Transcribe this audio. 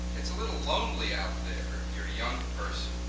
it's a little lonely out there. you're a young person.